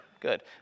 good